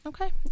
Okay